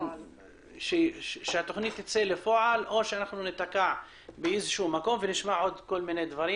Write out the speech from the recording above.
כשהתכנית תצא לפועל, או שניתקע ונשמע עוד דברים.